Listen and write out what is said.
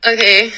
Okay